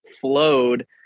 flowed